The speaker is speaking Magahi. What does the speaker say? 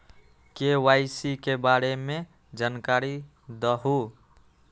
के.वाई.सी के बारे में जानकारी दहु?